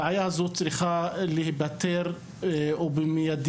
הבעיה הזאת צריכה להיפתר ובמיידית.